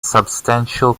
substantial